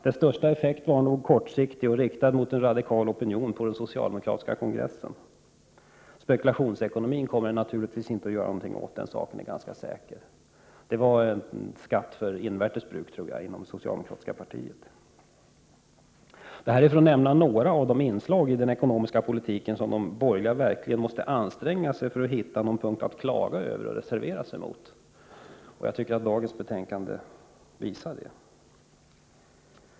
Dess största effekt var kortsiktig och riktad mot en radikal opinion på den socialdemokratiska kongressen. Det var en skatt för invärtes bruk inom det socialdemokratiska partiet, kan man säga. Spekulationsekonomin kommer den inte att göra mycket åt, den saken är säker. Det jag har nämnt var några av de inslag i den ekonomiska politiken som de borgerliga verkligen måste anstränga sig för att hitta någon punkt att klaga över och reservera sig mot. Det tycker jag dagens betänkande visar.